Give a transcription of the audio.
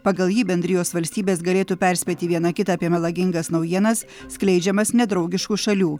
pagal jį bendrijos valstybės galėtų perspėti viena kitą apie melagingas naujienas skleidžiamas nedraugiškų šalių